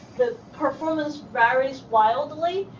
the performance varies widely.